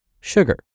sugar